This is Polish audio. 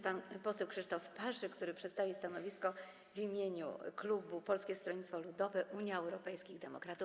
Pan poseł Krzysztof Paszyk przedstawi stanowisko w imieniu klubu Polskiego Stronnictwa Ludowego - Unii Europejskich Demokratów.